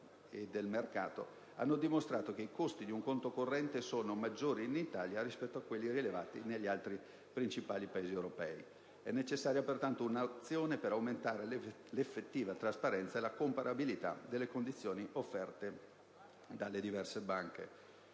e del mercato, hanno dimostrato che i costi di un conto corrente sono maggiori in Italia rispetto a quelli rilevati negli altri principali Paesi europei. È necessaria pertanto un'azione per aumentare l'effettiva trasparenza e la comparabilità delle condizioni offerte dalle diverse banche.